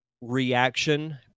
reaction